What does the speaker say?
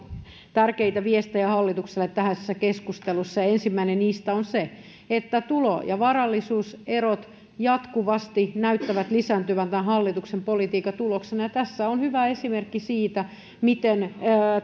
tärkeitä viestejä hallitukselle tänäisessä keskustelussa ja ensimmäinen niistä on se että tulo ja varallisuuserot jatkuvasti näyttävät lisääntyvän tämän hallituksen politiikan tuloksena ja tässä on hyvä esimerkki siitä miten